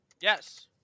Yes